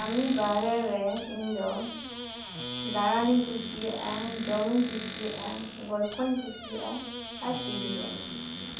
ᱠᱟᱹᱢᱤ ᱵᱟᱦᱨᱮ ᱨᱮ ᱤᱧ ᱫᱚ ᱫᱟᱬᱟᱱᱤᱧ ᱠᱩᱥᱤᱭᱟᱜᱼᱟ ᱡᱚᱢ ᱤᱧ ᱠᱩᱥᱤᱭᱟᱜᱼᱟ ᱜᱚᱞᱯᱚ ᱤᱧ ᱠᱩᱥᱤᱭᱟᱜᱼᱟ ᱟᱨ ᱴᱤᱵᱤ ᱧᱮᱞ ᱤᱧ ᱠᱩᱥᱤᱭᱟᱜᱼᱟ